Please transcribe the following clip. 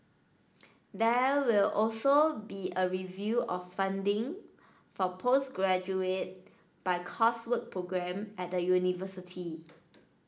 there will also be a review of funding for postgraduate by coursework programme at the university